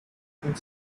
could